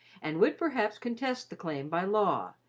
and would perhaps contest the claim by law,